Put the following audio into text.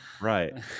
Right